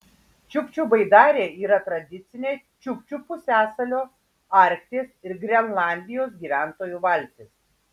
čiukčių baidarė yra tradicinė čiukčių pusiasalio arkties ir grenlandijos gyventojų valtis